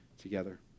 together